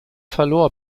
verlor